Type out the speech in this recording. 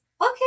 okay